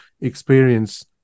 experience